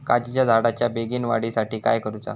काजीच्या झाडाच्या बेगीन वाढी साठी काय करूचा?